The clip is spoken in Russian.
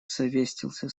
совестился